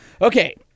Okay